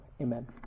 amen